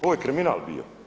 Ovo je kriminal bio.